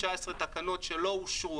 תקנות שלא אושרו,